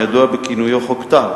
הידוע בכינויו "חוק טל",